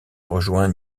rejoint